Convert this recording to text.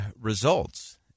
results